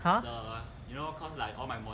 !huh!